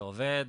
אתה עובד?